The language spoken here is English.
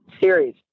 series